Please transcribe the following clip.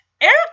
Eric